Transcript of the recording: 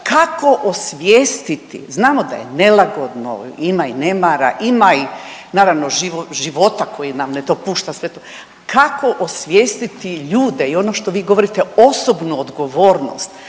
kako osvijestiti, znamo da je nelagodno, ima i nemara, ima i naravno, života koji nam ne dopušta sve to, kako osvijestiti ljude i ono što vi govorite, osobnu odgovornost